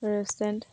restaurant